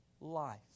life